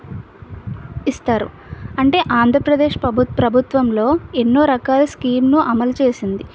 ఇస్తారు అంటే ఆంధ్రప్రదేశ్ పబు ప్రభుత్వంలో ఎన్నో రకాల స్కీమ్లు అమలు చేసింది